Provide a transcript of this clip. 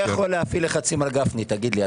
מי יכול להפעיל לחצים על גפני, תגיד לי?